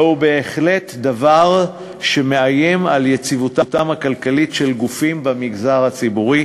זהו בהחלט דבר שמאיים על יציבותם הכלכלית של גופים במגזר הציבורי,